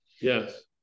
Yes